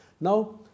Now